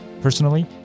Personally